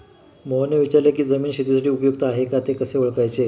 मोहनने विचारले की जमीन शेतीसाठी उपयुक्त आहे का ते कसे ओळखायचे?